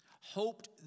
hoped